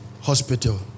hospital